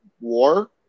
war